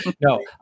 no